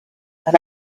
and